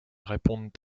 répondent